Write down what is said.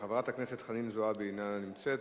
חברת הכנסת חנין זועבי אינה נמצאת,